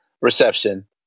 reception